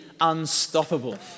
unstoppable